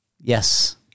yes